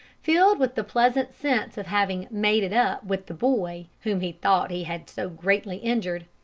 filled with the pleasant sense of having made it up with the boy whom he thought he had so greatly injured,